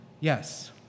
Yes